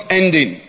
ending